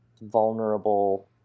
vulnerable